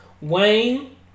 Wayne